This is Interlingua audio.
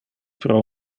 pro